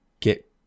get